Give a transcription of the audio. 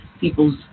People's